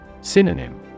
Synonym